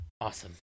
awesome